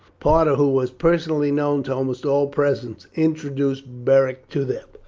parta, who was personally known to almost all present, introduced beric to them.